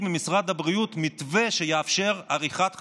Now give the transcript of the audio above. ממשרד הבריאות מתווה שיאפשר עריכת חתונות,